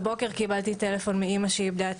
הבוקר קיבלתי טלפון מאימא שאיבדה את